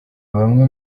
bamwe